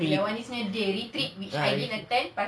retreat ah retreat